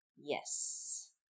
Yes